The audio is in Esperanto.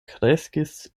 kreskis